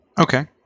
Okay